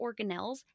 organelles